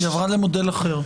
היא עברה למודל אחר.